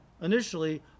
initially